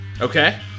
Okay